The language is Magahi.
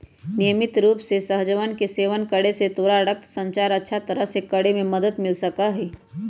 नियमित रूप से सहजन के सेवन करे से तोरा रक्त संचार अच्छा तरह से करे में मदद मिल सका हई